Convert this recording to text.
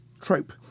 trope